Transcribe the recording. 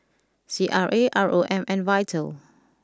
C R A R O M and Vital